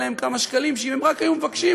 להם כמה שקלים שאם הם רק היו מבקשים,